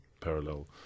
parallel